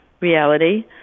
reality